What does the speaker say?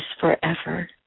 forever